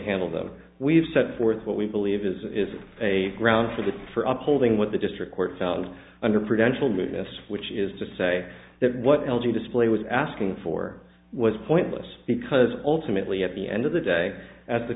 handle though we've set forth what we believe is is a grounds for the for upholding what the district court found under prudential move which is to say that what l g display was asking for was pointless because ultimately at the end of the day at the